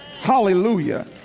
Hallelujah